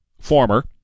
former